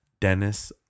Dennis